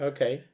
Okay